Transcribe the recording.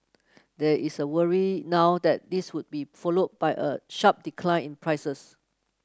there is a worry now that this would be followed by a sharp decline in prices